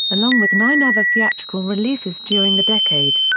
along with nine other theatrical releases during the decade.